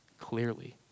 clearly